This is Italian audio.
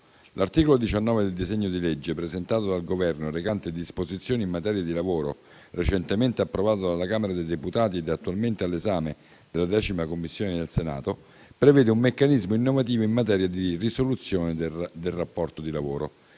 l'articolo 19 del disegno di legge presentato dal Governo, recante «Disposizioni in materia di lavoro» (recentemente approvato dalla Camera dei deputati ed attualmente all'esame della 10ª Commissione permanente del Senato) prevede un meccanismo innovativo in materia di risoluzione del rapporto di lavoro;